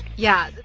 yeah.